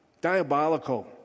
diabolical